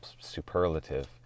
superlative